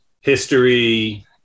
history